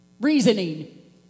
Reasoning